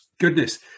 Goodness